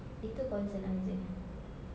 itu concern I jer